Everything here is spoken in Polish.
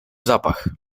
zapach